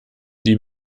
die